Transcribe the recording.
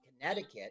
Connecticut